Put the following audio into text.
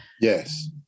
yes